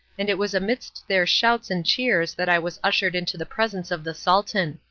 and it was amidst their shouts and cheers that i was ushered into the presence of the sultan.